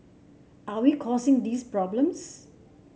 are we causing these problems